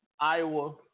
Iowa